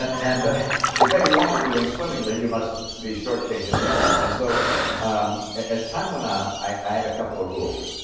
and if any one is doing swimmingly, you must be shortchanging the others. and so as time went on, i had a couple of rules.